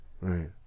Right